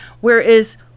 Whereas